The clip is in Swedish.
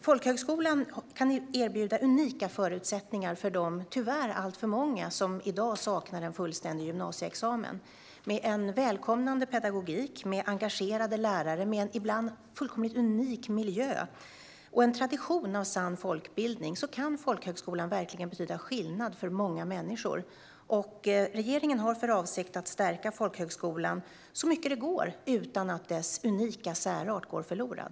Folkhögskolan kan erbjuda unika förutsättningar för de tyvärr alltför många som i dag saknar en fullständig gymnasieexamen med en välkomnande pedagogik och engagerade lärare i en unik miljö. Med en tradition av sann folkbildning kan folkhögskolan verkligen betyda en skillnad för många människor. Regeringen har för avsikt att stärka folkhögskolan så mycket det går utan att dess unika särart går förlorad.